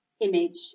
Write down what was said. image